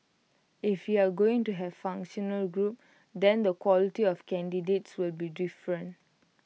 if you're going to have functional groups then the quality of candidates will be different